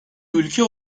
ülke